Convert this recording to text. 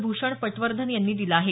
भूषण पटवर्धन यांनी दिलं आहे